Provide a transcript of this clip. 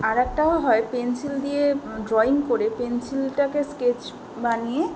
আর একটাও হয় পেন্সিল দিয়ে ড্রয়িং করে পেন্সিলটাকে স্কেচ বানিয়ে